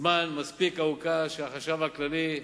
זמן מספיק ארוכה, שהחשב הכללי,